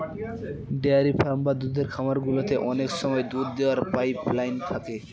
dairy farm বা দুধের খামার গুলোতে অনেক সময় দুধ দোওয়ার পাইপ লাইন থাকে